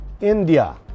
India